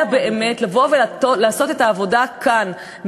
אלא באמת לבוא ולעשות את העבודה כאן,